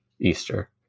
Easter